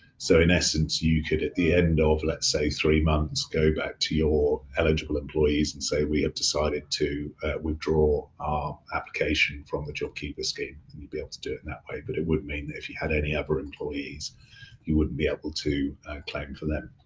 so in essence, you could at the end and of let's say, three months, go back to your eligible employees and say we have decided to withdraw our application from the jobkeeper scheme and you'd be able to do it in that way. but it would mean that if you had any other employees you wouldn't be able to claim for them.